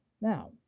Now